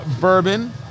bourbon